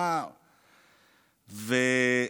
זהו?